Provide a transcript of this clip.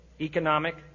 economic